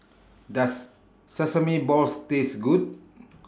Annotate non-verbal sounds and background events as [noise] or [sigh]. [noise] Does Sesame Balls Taste Good [noise]